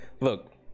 Look